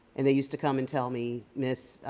and they used to come and tell me, miss,